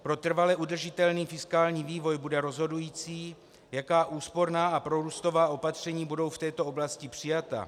Pro trvale udržitelný fiskální vývoj bude rozhodující, jaká úsporná a prorůstová opatření budou v této oblasti přijata.